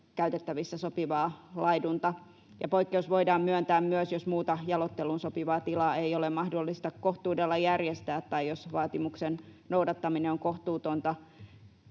käytettävissä sopivaa laidunta. Poikkeus voidaan myöntää myös, jos muuta jaloitteluun sopivaa tilaa ei ole mahdollista kohtuudella järjestää tai jos vaatimuksen noudattaminen on kohtuutonta